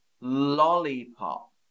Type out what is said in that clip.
lollipop